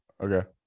Okay